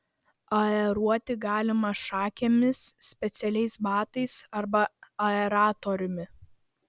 aeruoti galima šakėmis specialiais batais arba aeratoriumi